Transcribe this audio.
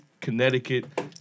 Connecticut